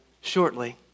shortly